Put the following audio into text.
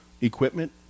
equipment